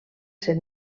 ser